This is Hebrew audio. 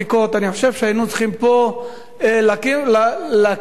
אני חושב שהיינו צריכים להקים פה קול